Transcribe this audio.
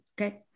okay